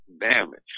damage